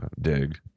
dig